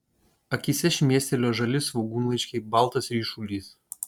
akyse šmėstelėjo žali svogūnlaiškiai baltas ryšulys